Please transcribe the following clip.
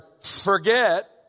forget